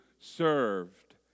served